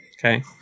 Okay